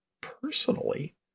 personally